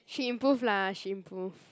she improve lah she improve